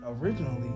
originally